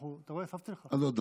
אתה רואה, הוספתי לך כבר.